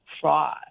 fraud